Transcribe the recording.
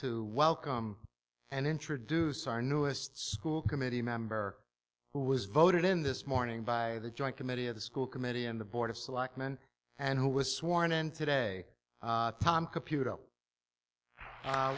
to welcome and introduce our newest school committee member who was voted in this morning by the joint committee of the school committee and the board of selectmen and who was sworn in today tom computer